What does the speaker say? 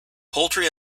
poultry